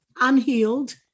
unhealed